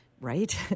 Right